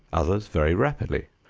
others very rapidly.